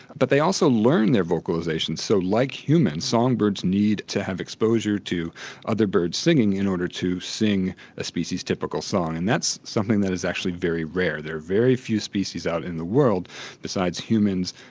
but they also learn their vocalisations so like humans, song birds need to have exposure to other birds singing in order to sing a species-typical song and that's something that is actually very rare. there are very few species out in the world besides humans.